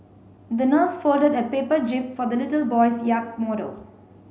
the nurse folded a paper jib for the little boy's yacht model